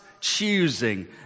choosing